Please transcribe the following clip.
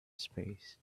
space